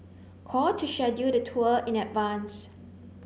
call to schedule the tour in advance